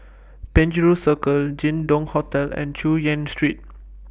Penjuru Circle Jin Dong Hotel and Chu Yen Street